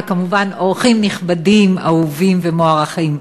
וכמובן אורחים נכבדים אהובים ומוערכים,